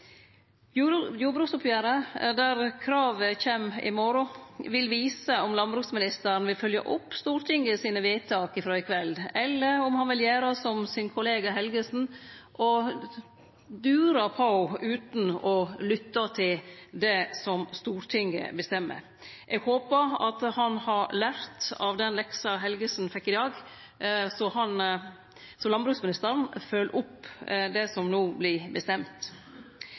bakleksa. Jordbruksoppgjeret, der kravet kjem i morgon, vil vise om landbruksministeren vil følgje opp Stortingets vedtak frå i kveld, eller om han vil gjere som sin kollega Helgesen, og dure på utan å lytte til det som Stortinget bestemmer. Eg håpar at landbruksministeren har lært av den leksa Helgesen fekk i dag, slik at han følgjer opp det som no vert bestemt.